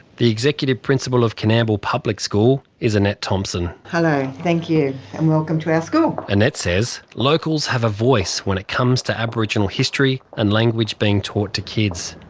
the executive principal of coonamble public school is annette thomson. hello, thank you and welcome to our school. annette says locals also have a voice when it comes to aboriginal history and language being taught to kids.